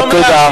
תודה.